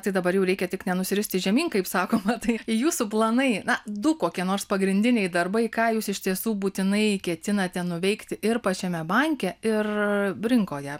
tai dabar jau reikia tik nenusiristi žemyn kaip sakoma tai jūsų planai na du kokie nors pagrindiniai darbai ką jūs iš tiesų būtinai ketinate nuveikti ir pačiame banke ir rinkoje